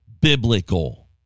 biblical